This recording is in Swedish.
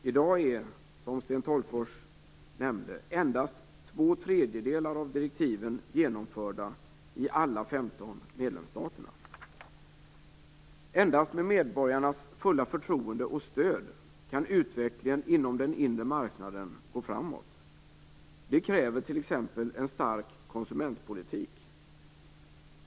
I dag är, som Sten Tolgfors nämnde, endast två tredjedelar av direktiven genomförda i alla 15 medlemsstater. Endast med medborgarnas fulla förtroende och stöd kan utvecklingen inom den inre marknaden gå framåt. Det kräver t.ex. en stark konsumentpolitik.